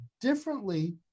differently